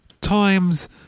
Times